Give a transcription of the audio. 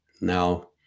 now